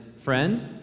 Friend